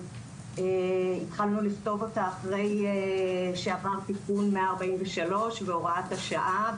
התחלנו לכתוב אותה אחרי שעבר תיקון 143 והוראת השעה,